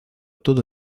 todo